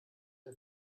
der